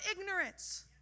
ignorance